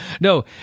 no